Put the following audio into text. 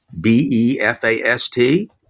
B-E-F-A-S-T